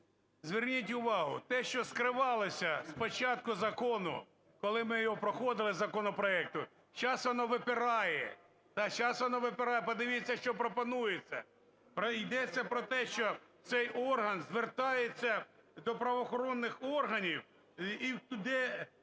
зверніть увагу, те, що скривалося з початку закону, коли ми його проходили, законопроекту, зараз воно випирає. Зараз воно випирає, подивіться, що пропонується. Йдеться про те, що цей орган звертається до правоохоронних органів, де